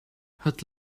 het